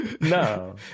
No